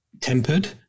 tempered